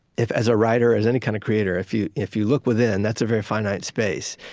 if as a writer as any kind of creator if you if you look within, that's a very finite space.